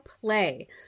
play